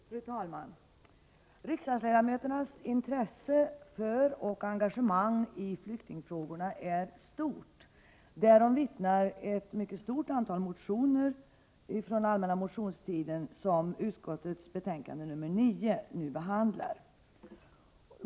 Fru talman! Riksdagsledamöternas intresse för och engagemang i flyktingfrågorna är stort. Därom vittnar ett mycket stort antal motioner från den allmänna motionstiden. Dessa motioner behandlas i socialförsäkringsutskottets betänkande 9.